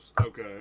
Okay